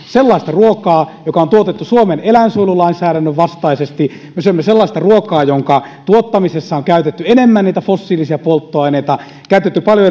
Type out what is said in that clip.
sellaista ruokaa joka on tuotettu suomen eläinsuojelulainsäädännön vastaisesti me syömme sellaista ruokaa jonka tuottamisessa on käytetty enemmän niitä fossiilisia polttoaineita käytetty paljon